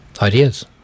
ideas